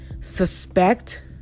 suspect